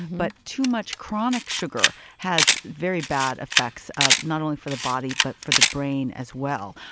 but too much chronic sugar has very bad effects, ah not only for the body, but for the brain as well.